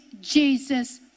Jesus